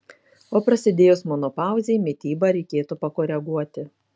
o prasidėjus menopauzei mitybą reikėtų pakoreguoti